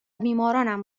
بیمارانم